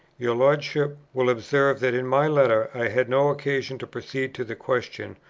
your lordship will observe that in my letter i had no occasion to proceed to the question,